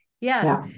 Yes